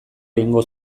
egingo